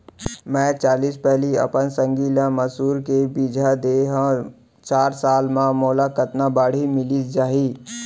मैं चालीस पैली अपन संगी ल मसूर के बीजहा दे हव चार साल म मोला कतका बाड़ही मिलिस जाही?